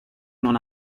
non